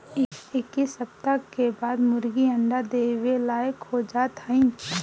इक्कीस सप्ताह के बाद मुर्गी अंडा देवे लायक हो जात हइन